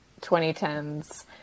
2010s